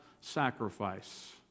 sacrifice